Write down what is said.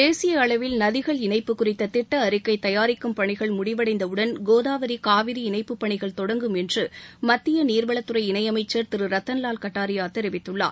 தேசிய அளவில் நதிகள் இணைப்பு குறித்த திட்ட அறிக்கை தயாரிக்கும் பணிகள் முடிவடைந்தவுடன் கோதாவரி னவிரி இணைப்புப் பணிகள் தொடங்கும் என்று மத்திய நீர்வளத்துறை இணை அமைச்சர் திரு ரத்தன்வால் கட்டாரியா தெரிவித்துள்ளார்